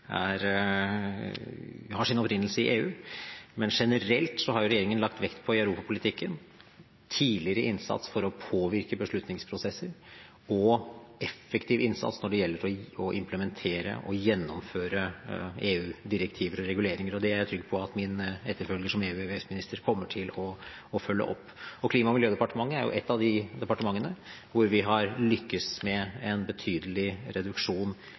jeg si at på KLDs område er det mange viktige direktiver – veldig mye av miljøregelverket har sin opprinnelse i EU. Men generelt har regjeringen i europapolitikken lagt vekt på å ha en tidligere innsats for å påvirke beslutningsprosesser og en effektiv innsats når det gjelder å implementere og gjennomføre EU-direktiver og reguleringer. Det er jeg trygg på at min etterfølger som EU- og EØS-minister kommer til å følge opp. Klima- og miljødepartementet er jo et av de departementene hvor man har